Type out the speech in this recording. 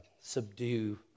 subdue